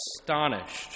astonished